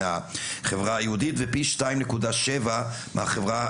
מהחברה היהודית ופי 2.7 מהחברה,